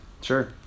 Sure